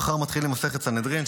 מחר מתחילים מסכת סנהדרין,